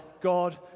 God